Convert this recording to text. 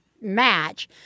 match